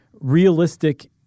realistic